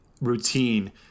routine